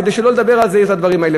כדי שלא לומר על זה את הדברים האלה.